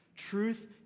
Truth